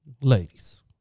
Ladies